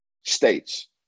states